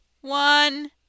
one